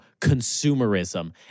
consumerism